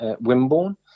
Wimborne